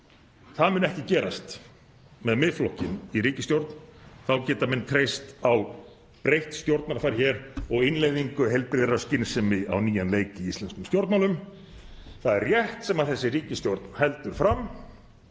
Það mun ekki gerast með Miðflokknum í ríkisstjórn. Þá geta menn treyst á breytt stjórnarfar og innleiðingu heilbrigðrar skynsemi á nýjan leik í íslenskum stjórnmálum. Það er rétt sem þessi ríkisstjórn heldur fram,